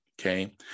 okay